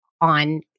on